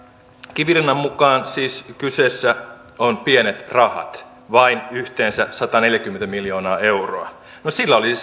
kivirannan mukaan siis kyseessä on pienet rahat vain yhteensä sataneljäkymmentä miljoonaa euroa no sillä olisi